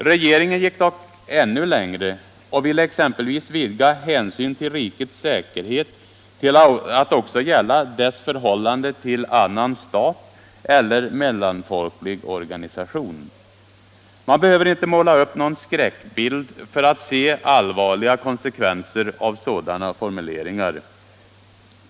Regeringen gick dock ännu längre och ville exempelvis vidga hänsyn till rikets säkerhet till att också gälla ”dess förhållande till annan stat eller mellanfolklig organisation”. Man behöver inte måla upp någon skräckbild för att se allvarliga konsekvenser av sådana formuleringar.